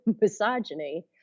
misogyny